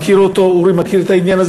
אורי מכיר את העניין.